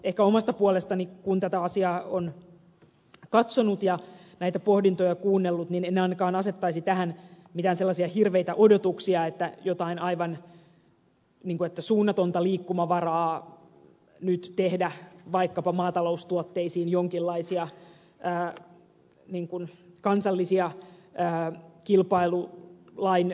ehkä omasta puolestani kun tätä asiaa olen katsonut ja näitä pohdintoja kuunnellut en ainakaan asettaisi tähän mitään hirveitä odotuksia että jotain aivan suunnatonta liikkumavaraa nyt saataisiin vaikkapa maataloustuotteisiin jonkinlaisia kansallisia poikkeamia kilpailulaista